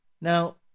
Now